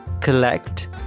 collect